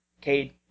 Cade